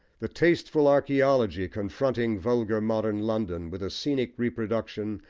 the tasteful archaeology confronting vulgar modern london with a scenic reproduction,